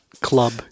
club